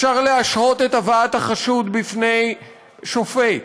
אפשר להשהות את הבאת החשוד בפני שופט.